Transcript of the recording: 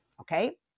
Okay